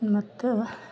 ಮತ್ತು